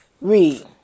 Read